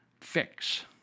fix